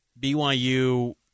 BYU